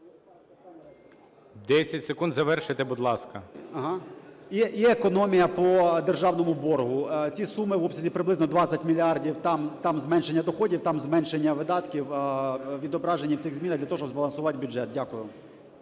10 секунд, завершуйте, будь ласка. ДЖИГИР Ю.А. ...і економія по державному боргу. Ці суми в обсязі приблизно 20 мільярдів там зменшення доходів, там зменшення видатків відображені в цих змінах для того, щоб збалансувати бюджет. Дякую.